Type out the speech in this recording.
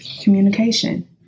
communication